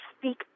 speak